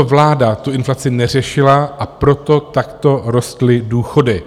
Tato vláda tu inflaci neřešila, a proto takto rostly důchody.